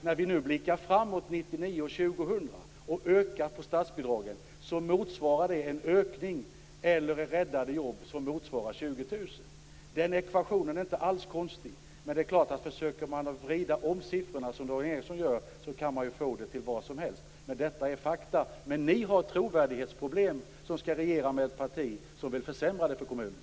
När vi nu blickar fram mot 1999 och 2000 och ökar statsbidragen innebär det en ökning eller räddade jobb som motsvarar 20 000. Den ekvationen är inte alls konstig. Men det är klart att om man försöker vrida om siffrorna som Dan Ericsson gör kan man få det till vad som helst. Detta är fakta. Ni har trovärdighetsproblem, som skall regera med ett parti som vill försämra för kommunerna.